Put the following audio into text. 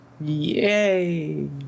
Yay